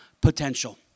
potential